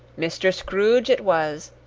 mr. scrooge it was.